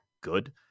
good